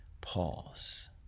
pause